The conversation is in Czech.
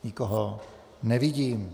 Nikoho nevidím.